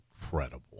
incredible